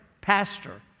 pastor